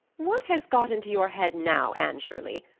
what has got into your head now, anne shirley?